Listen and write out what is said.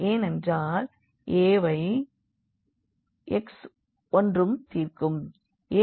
ஏனென்றால் A வை x 1 உம் தீர்க்கும்